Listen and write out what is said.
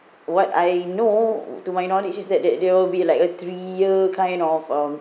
what I know to my knowledge is that there there will be like a three year kind of um